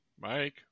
Mike